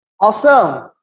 awesome